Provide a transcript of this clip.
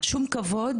שום כבוד,